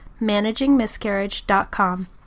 managingmiscarriage.com